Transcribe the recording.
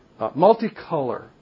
multicolor